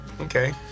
Okay